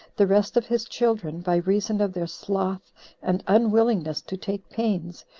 the rest of his children, by reason of their sloth and unwillingness to take pains,